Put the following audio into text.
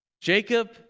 Jacob